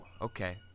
okay